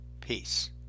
Peace